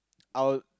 I would